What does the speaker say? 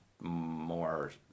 more